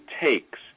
takes